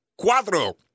Cuatro